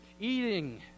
Eating